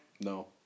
No